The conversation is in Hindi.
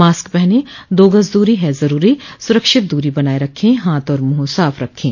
मास्क पहनें दो गज़ दूरी है ज़रूरी सुरक्षित दूरी बनाए रखें हाथ और मुंह साफ़ रखें